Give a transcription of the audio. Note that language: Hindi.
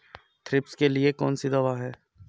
थ्रिप्स के लिए कौन सी दवा है?